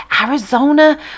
Arizona